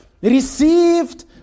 received